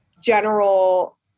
general